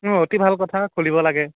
অঁ অতি ভাল কথা খুলিব লাগে